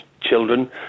children